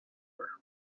her